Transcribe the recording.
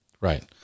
right